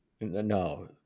No